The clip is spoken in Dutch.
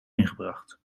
ingebracht